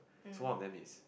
so one of them is